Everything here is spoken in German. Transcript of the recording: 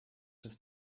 dass